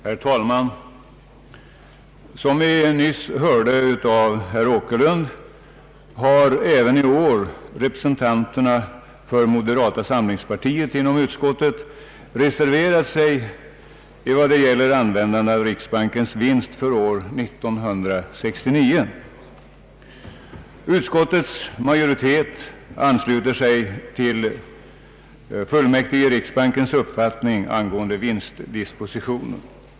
Herr talman! Som vi nyss hörde av herr Åkerlund har även i år representanterna för moderata samlingspartiet inom utskottet reserverat sig i vad gäller användandet av riksbankens vinst för år 1969. Utskottets majoritet ansluter sig till fullmäktiges i riksbanken uppfattning angående vinstdispositionen.